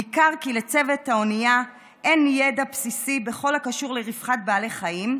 ניכר כי לצוות האונייה אין ידע בסיסי בכל הקשור לרווחת בעלי חיים,